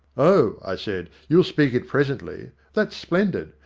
oh, i said, you'll speak it presently. that's splendid.